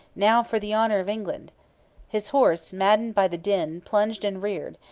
now for the honour of england his horse, maddened by the din, plunged and reared,